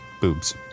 boobs